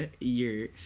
year